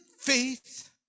faith